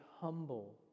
humble